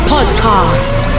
Podcast